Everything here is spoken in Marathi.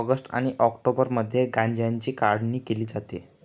ऑगस्ट आणि ऑक्टोबरमध्ये गांज्याची काढणी केली जाते